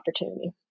opportunity